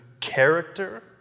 character